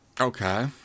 Okay